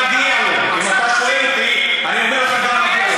אם אתה שואל אותי, אני אומר לך: גם מגיע לו.